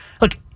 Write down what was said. Look